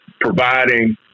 providing